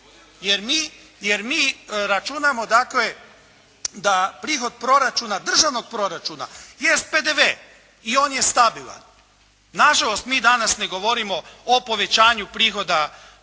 Jer mi računamo dakle, da prihod proračuna, državnog proračuna, jest PDV. I on je stabilan. Nažalost, mi danas ne govorimo o povećanju prihoda